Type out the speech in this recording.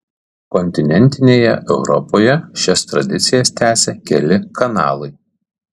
kontinentinėje europoje šias tradicijas tęsia keli kanalai